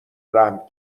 رحم